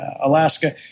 Alaska